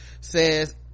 says